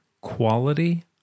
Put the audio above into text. quality